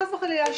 חס וחלילה,